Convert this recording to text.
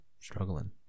struggling